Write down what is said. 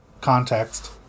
context